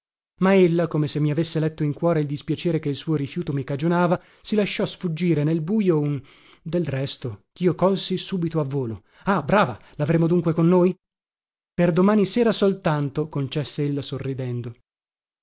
ma ella come se mi avesse letto in cuore il dispiacere che il suo rifiuto mi cagionava si lasciò sfuggire nel bujo un del resto chio colsi subito a volo ah brava lavremo dunque con noi per domani sera soltanto concesse ella sorridendo